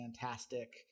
fantastic